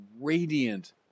radiant